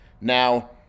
Now